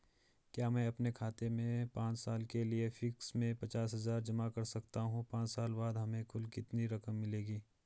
क्या मैं अपने खाते में पांच साल के लिए फिक्स में पचास हज़ार जमा कर सकता हूँ पांच साल बाद हमें कुल कितनी रकम मिलेगी?